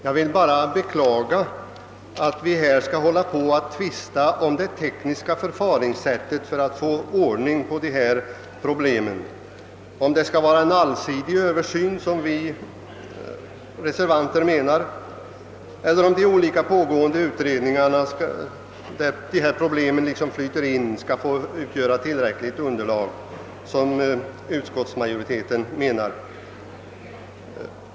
Jag vill bara beklaga att vi skall hålla på och tvista om det tekniska förfaringssättet för att få ordning på dessa problem — om det skall vara en allsidig översyn, som vi reservanter menar, eller om de olika pågående utredningar i vilka dessa problem så att säga flyter in skall få utgöra tillräckligt underlag, som utskottsmajoriteten menar.